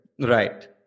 Right